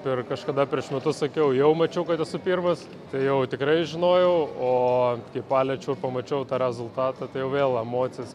per kažkada prieš metus sakiau jau mačiau kad esu pirmas tai jau tikrai žinojau o kai paliečiau ir pamačiau tą rezultatą tai jau vėl emocijos